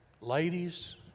Ladies